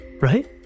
right